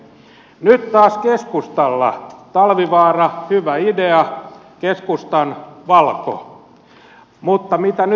nyt taas keskustalla talvivaara hyvä idea keskustan valco mutta mitä nyt tapahtuu